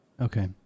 Okay